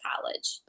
college